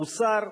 הוסר.